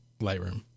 lightroom